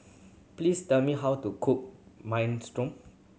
please tell me how to cook Minestrone